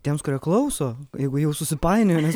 tiems kurie klauso jeigu jau susipainiojo nes